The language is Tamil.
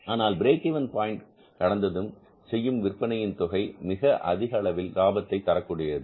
ஆனால் பிரேக் இவென் பாயின்ட் கடந்ததும் செய்யும் விற்பனையின் தொகை மிக அதிக அளவில் லாபத்தை தரக்கூடியது